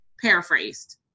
paraphrased